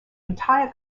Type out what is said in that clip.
entire